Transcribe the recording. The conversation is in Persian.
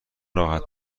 راحت